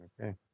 Okay